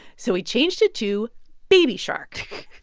so he changed it to baby shark.